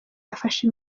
yafashe